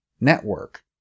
network